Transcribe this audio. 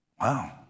Wow